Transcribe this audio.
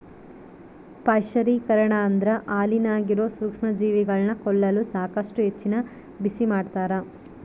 ಪಾಶ್ಚರೀಕರಣ ಅಂದ್ರ ಹಾಲಿನಾಗಿರೋ ಸೂಕ್ಷ್ಮಜೀವಿಗಳನ್ನ ಕೊಲ್ಲಲು ಸಾಕಷ್ಟು ಹೆಚ್ಚಿನ ಬಿಸಿಮಾಡ್ತಾರ